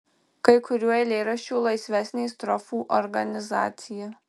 kai kurių eilėraščių laisvesnė strofų organizacija